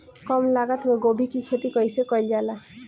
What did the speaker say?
कम लागत मे गोभी की खेती कइसे कइल जाला?